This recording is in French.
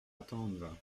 attendre